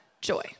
joy